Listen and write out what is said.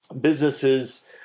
businesses